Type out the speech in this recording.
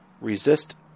resist